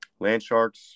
Landsharks